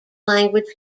language